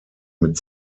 mit